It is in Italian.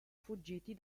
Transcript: fuggiti